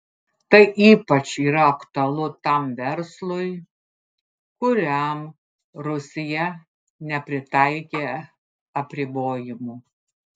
tai ypač yra aktualu tam verslui kuriam rusija nepritaikė apribojimų